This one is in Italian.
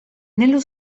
nello